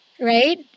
Right